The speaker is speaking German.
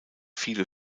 viele